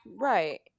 Right